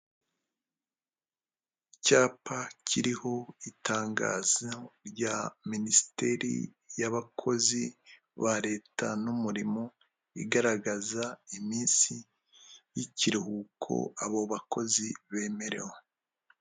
Icyapa kiriho itangazo rya Minisiteri y'abakozi ba leta n'umurimo, igaragaza iminsi y'ikiruhuko abo bakozi bemerewe.